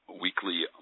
weekly